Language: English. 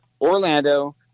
Orlando